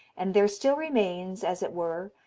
and there still remains, as it were,